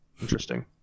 interesting